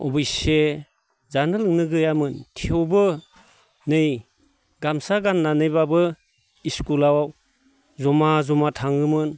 अबयस्से जानो लोंनो गैयामोन थेवबो नै गामसा गाननानैबाबो इस्कुलाव जमा जमा थाङोमोन